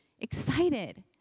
excited